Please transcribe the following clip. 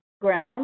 ground